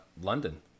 London